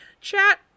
Chat